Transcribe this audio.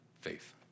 Faith